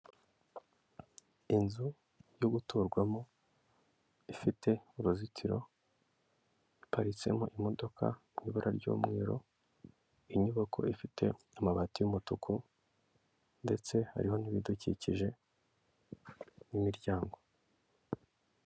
Inzu yo guturwamo ifite uruzitiro, iparitsemo imodoka mu ibara ry'umweru, inyubako ifite amabati y'umutuku ndetse hariho n'ibidukikije n'imiryango.